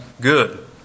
good